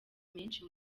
menshi